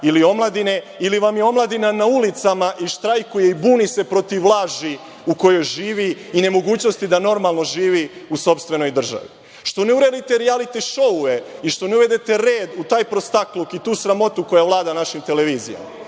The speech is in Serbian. ili vam je omladina na ulicama i štrajkuje i buni se protiv laži u kojoj živi i nemogućnosti da normalno živi u sopstvenoj državi.Zašto ne uredete rialiti šoue i što ne uvedete red u taj prostakluk i tu sramotu koja vlada našim televizijama? Ili,